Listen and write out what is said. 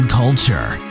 culture